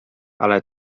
ale